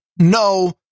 no